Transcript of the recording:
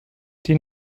die